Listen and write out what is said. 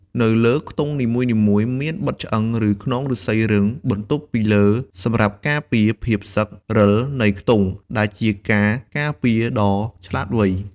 នៅលើខ្ទង់នីមួយៗ មានបិទឆ្អឹង ឬខ្នងឫស្សីរឹងបន្តុបពីលើសម្រាប់ការពារភាពសឹក រឹលនៃខ្ទង់ ដែលជាការការពារដ៏ឆ្លាតវៃ។